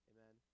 Amen